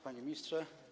Panie Ministrze!